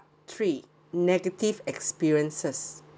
three negative experiences